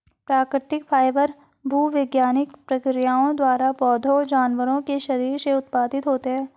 प्राकृतिक फाइबर भूवैज्ञानिक प्रक्रियाओं द्वारा पौधों जानवरों के शरीर से उत्पादित होते हैं